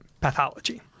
pathology